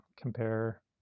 compare